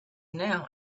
now